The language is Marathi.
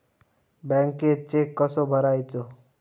बँकेत चेक कसो भरायचो?